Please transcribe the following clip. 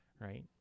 right